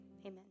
Amen